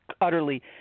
utterly